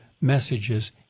messages